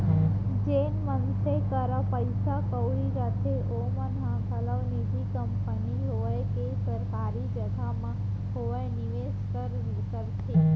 जेन मनसे करा पइसा कउड़ी रथे ओमन ह घलौ निजी कंपनी होवय के सरकारी जघा म होवय निवेस करथे